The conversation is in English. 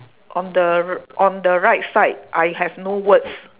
on the r~ on the right side I have no words